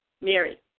Mary